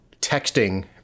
texting